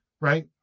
right